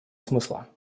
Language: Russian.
смысла